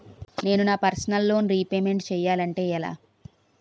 నేను నా personal loan repayment చేయాలంటే ఎలా?